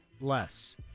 less